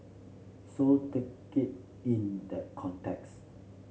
so take it in that context